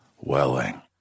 welling